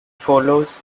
follows